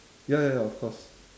ya ya ya of course